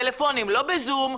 לא בזום,